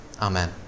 Amen